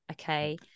Okay